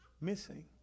Missing